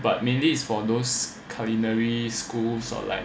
but mainly it's for those culinary schools or like